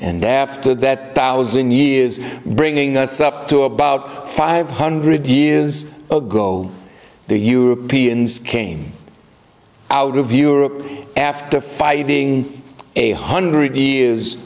and after that thousand years bringing us up to about five hundred years ago the europeans came out of europe after fighting a hundred years